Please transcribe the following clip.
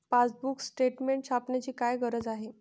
Passbook statement छापण्याची काय गरज आहे?